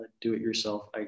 do-it-yourself